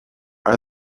are